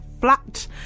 Flat